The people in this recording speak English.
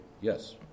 Yes